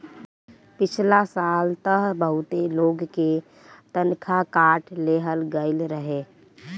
पिछला साल तअ बहुते लोग के तनखा काट लेहल गईल रहे